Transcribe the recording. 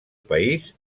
país